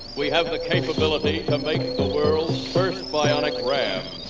we have the capability to make the world's first bionic ram.